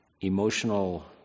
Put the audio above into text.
emotional